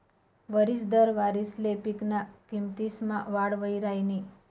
वरिस दर वारिसले पिकना किमतीसमा वाढ वही राहिनी